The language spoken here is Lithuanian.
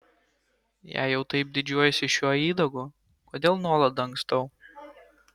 jei jau taip didžiuojuosi šiuo įdagu kodėl nuolat dangstau